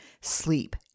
sleep